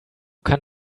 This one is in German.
kann